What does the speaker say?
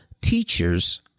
teachers-